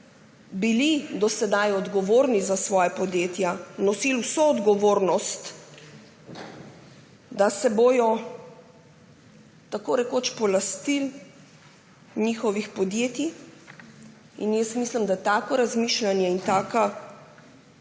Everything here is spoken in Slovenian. bili do sedaj odgovorni za svoja podjetja, nosili vso odgovornost, da se bodo tako rekoč polastili njihovih podjetij. Mislim, da bi morali tako razmišljanje in taka